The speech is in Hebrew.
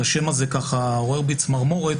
אז השם הזה עורר בי צמרמורת.